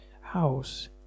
house